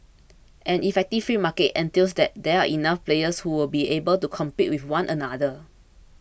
an effective free market entails that there are enough players who will be able to compete with one another